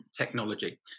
technology